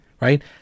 Right